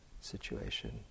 situation